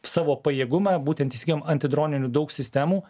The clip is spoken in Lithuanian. savo pajėgumą būtent įsigijom antidroninių daug sistemų